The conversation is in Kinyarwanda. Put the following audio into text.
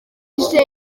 ije